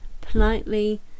politely